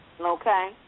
Okay